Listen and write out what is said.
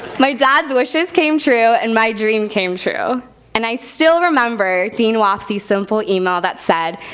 my dad's wishes came true and my dream came true and i still remember dean wofsy's simple email that said,